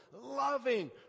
loving